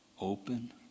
open